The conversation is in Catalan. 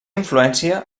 influència